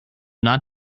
not